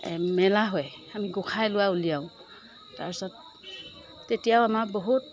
এই মেলা হয় আমি গোসাঁই লোৱা উলিয়াও তাৰ পিছত তেতিয়াও আমাৰ বহুত